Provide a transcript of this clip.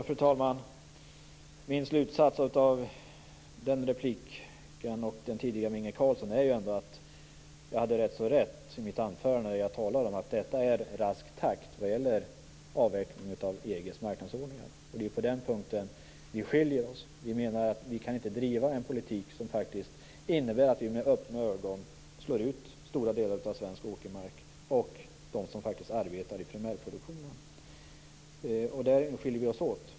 Fru talman! Min slutsats av den repliken, och tidigare Inge Carlssons, är att jag ändå hade ganska rätt i mitt anförande när jag talade om att detta är rask takt vad gäller avvecklandet av EG:s marknadsordningar. Det är på den punkten vi skiljer oss. Vi menar att vi inte kan driva en politik som innebär att vi med öppna ögon slår ut stora delar av svensk åkermark och många av dem som arbetar i primärproduktionen. Där skiljer vi oss åt.